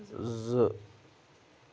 زٕ